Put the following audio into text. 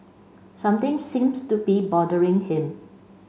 something seems to be bothering him